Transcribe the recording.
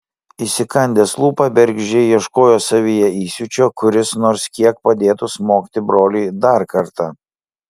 įsikandęs lūpą bergždžiai ieškojo savyje įsiūčio kuris nors kiek padėtų smogti broliui dar kartą